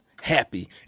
happy